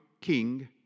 king